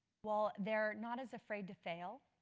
well they are not as afraid to fail,